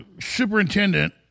superintendent